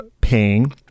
paying